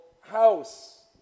house